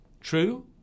true